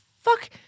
fuck